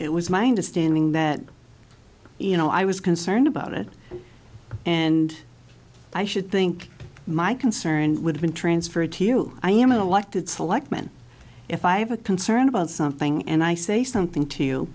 it was mind a standing that you know i was concerned about it and i should think my concern would have been transferred to i am an elected selectman if i have a concern about something and i say something to you